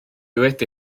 wedi